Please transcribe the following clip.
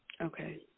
Okay